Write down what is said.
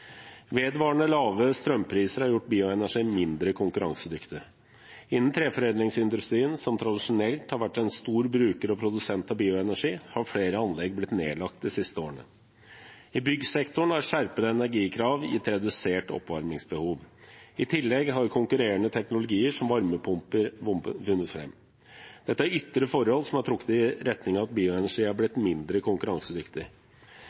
Vedvarende lave strømpriser har gjort bioenergi mindre konkurransedyktig. Innen treforedlingsindustrien, som tradisjonelt har vært en stor bruker og produsent av bioenergi, har flere anlegg blitt nedlagt de siste årene. I byggsektoren har skjerpede energikrav gitt et redusert oppvarmingsbehov. I tillegg har konkurrerende teknologier, som varmepumper, vunnet fram. Dette er ytre forhold som har trukket i retning av at bioenergi har